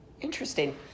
Interesting